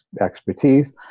expertise